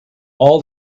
all